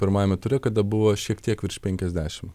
pirmajame ture kada buvo šiek tiek virš penkiasdešim